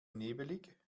nebelig